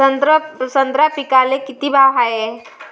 संत्रा पिकाले किती भाव हाये?